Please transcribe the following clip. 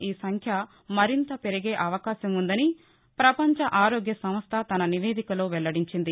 ఈ సంఖ్య మరింతగా పెరిగే అవకాశం ఉందని పపంచ ఆరోగ్య సంస్ల తన నివేదికలో వెల్లడించింది